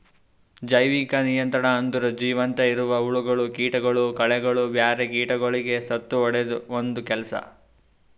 ಜೈವಿಕ ನಿಯಂತ್ರಣ ಅಂದುರ್ ಜೀವಂತ ಇರವು ಹುಳಗೊಳ್, ಕೀಟಗೊಳ್, ಕಳೆಗೊಳ್, ಬ್ಯಾರೆ ಕೀಟಗೊಳಿಗ್ ಸತ್ತುಹೊಡೆದು ಒಂದ್ ಕೆಲಸ